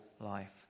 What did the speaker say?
life